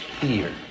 fear